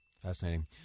Fascinating